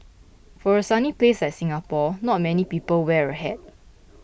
for a sunny place like Singapore not many people wear a hat